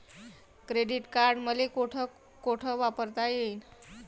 Credit card मले कोठ कोठ वापरता येईन?